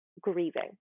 grieving